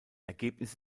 ergebnis